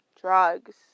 drugs